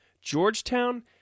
Georgetown